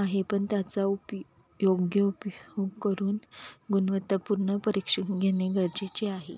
आहे पण त्याचा उपी योग्य उपयोग करून गुणवत्तापूर्ण परीक्षण घेणे गरजेचे आहे